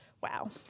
Wow